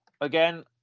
again